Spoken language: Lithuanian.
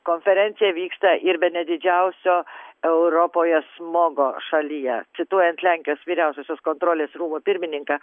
konferencija vyksta ir bene didžiausio europoje smogo šalyje cituojant lenkijos vyriausiosios kontrolės rūmų pirmininką